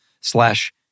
slash